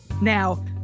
Now